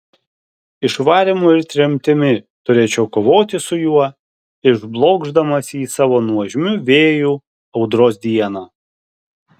išvarymu ir tremtimi turėčiau kovoti su juo išblokšdamas jį savo nuožmiu vėju audros dieną